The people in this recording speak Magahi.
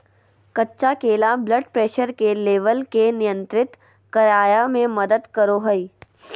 कच्चा केला ब्लड प्रेशर के लेवल के नियंत्रित करय में मदद करो हइ